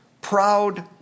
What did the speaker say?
proud